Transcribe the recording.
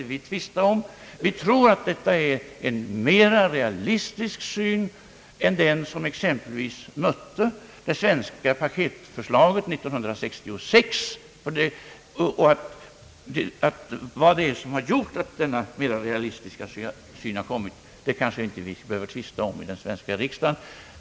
Vi tror att detta är en mera realistisk syn än den som exempelvis mötte det svenska paketförslaget år 1966. Anledningen till denna mera realistiska syn kanske vi inte behöver tvista om i den svenska riksdagen.